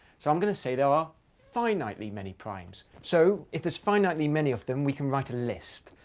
so i'm going to say there are finitely many primes. so if there's finitely many of them, we can write a list.